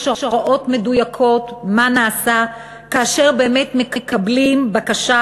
יש הוראות מדויקות מה נעשה כאשר באמת מקבלים בקשה